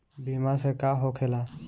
बीमा से का होखेला?